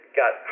got